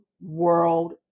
world